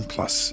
Plus